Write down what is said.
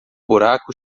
buraco